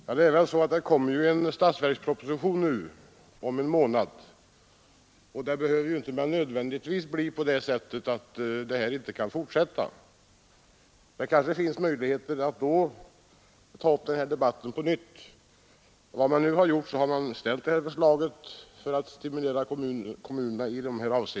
Ja, vad man nu gjort är att stimulera kommunerna till insatser för barntillsyn och hemvård, och det kommer ju en statsverksproposition om en månad, så det behöver inte nödvändigtvis bli på det sättet att bidragsgivningen upphör.